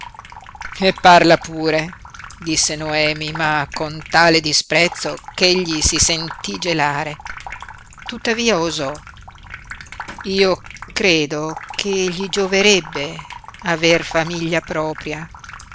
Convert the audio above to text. e parla pure disse noemi ma con tale disprezzo ch'egli si sentí gelare tuttavia osò io credo che gli gioverebbe aver famiglia propria